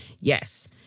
Yes